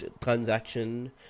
transaction